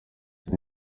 icyo